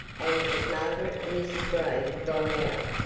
and as margaret and mrs. gray had gone out,